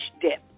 dip